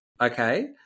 okay